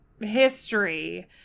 history